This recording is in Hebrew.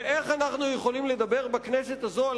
ואיך אנחנו יכולים לדבר בכנסת הזאת על